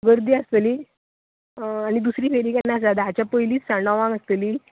गर्दी आसतली आनी दुसरी फेरी केन्ना आसा धाचे पयलीच सांग णवांक आसतली